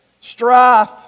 strife